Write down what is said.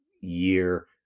year